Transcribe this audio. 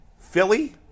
Philly